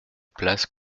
place